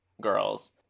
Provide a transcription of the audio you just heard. girls